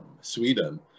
Sweden